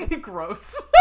Gross